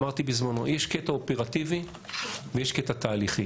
אמרתי בזמנו, יש קטע אופרטיבי ויש קטע תהליכי.